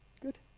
Good